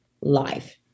life